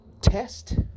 Test